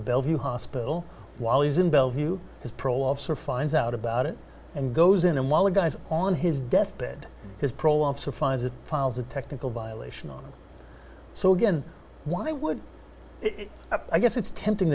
bellevue hospital while he's in bellevue his parole officer finds out about it and goes in and while the guys on his deathbed his parole officer finds it files a technical violation so again why would it i guess it's tempting